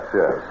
yes